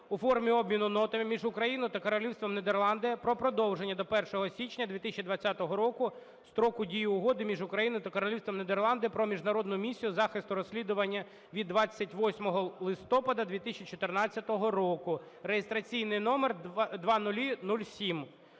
(у формі обміну нотами) між Україною та Королівством Нідерланди про продовження до 1 серпня 2020 року строку дії Угоди між Україною та Королівством Нідерланди про Міжнародну місію захисту розслідування від 28 липня 2014 року (реєстраційний номер 0007).